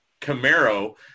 Camaro